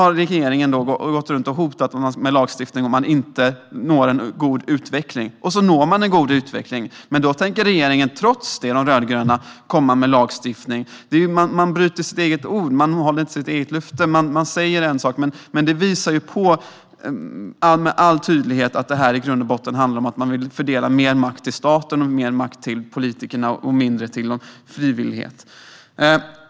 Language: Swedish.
Regeringen har hotat med lagstiftning om man inte når en god utveckling. Man når en god utveckling, men den rödgröna regeringen tänker trots det komma med lagstiftning. Den håller inte sitt eget ord; den bryter sitt eget löfte. Det visar med all tydlighet att det här i grund och botten handlar om att regeringen vill ge mer makt till staten och politikerna och mindre till frivillighet.